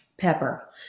Pepper